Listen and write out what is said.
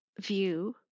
view